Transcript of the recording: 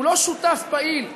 הוא לא שותף פעיל בתהליכים,